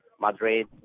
Madrid